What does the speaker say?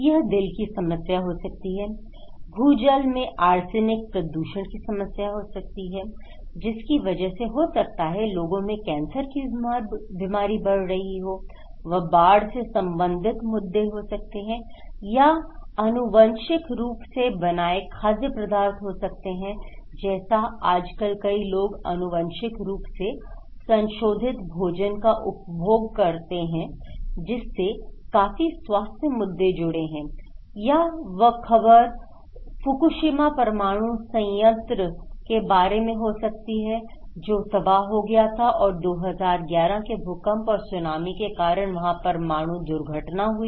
यह दिल की समस्या हो सकती है भूजल में आर्सेनिक प्रदूषण की समस्या हो सकती है जिसकी वजह से हो सकता है लोगों मैं कैंसर की बीमारी बढ़ रही हो वह बाढ़ से संबंधित मुद्दे हो सकते हैं या आनुवंशिक रूप से बनाए खाद्य पदार्थ हो सकते हैं जैसे आज कल कई लोग आनुवंशिक रूप से संशोधित भोजन का उपभोग करते हैं जिससे काफी स्वास्थ्य मुद्दे जुड़े हैं या वह खबर फुकुशिमा परमाणु संयंत्र के बारे में हो सकती है जो तबाह हो गया था और 2011 के भूकंप और सुनामी के कारण वहां परमाणु दुर्घटना हुई